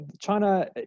China